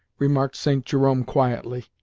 remarked st. jerome quietly,